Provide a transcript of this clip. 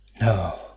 No